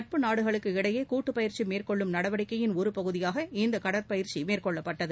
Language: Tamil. நட்பு நாடுகளுக்கு இடையே கூட்டு பயிற்சி மேற்கொள்ளும் நடவடிக்கையின் ஒரு பகுதியாக இந்த கடற் பயிற்சி மேற்கொள்ளப்பட்டது